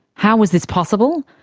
how was this possible?